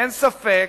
אין ספק